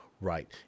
right